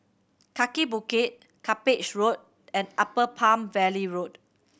Kaki Bukit Cuppage Road and Upper Palm Valley Road